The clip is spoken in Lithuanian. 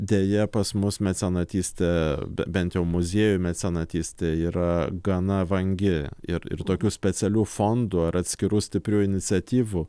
deja pas mus mecenatystė bent jau muziejų mecenatystė yra gana vangi ir ir tokių specialių fondų ar atskirų stiprių iniciatyvų